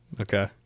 Okay